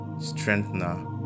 strengthener